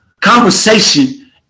conversation